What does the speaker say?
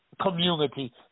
Community